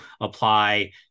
apply